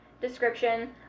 description